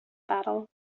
battle